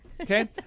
Okay